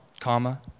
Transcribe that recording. comma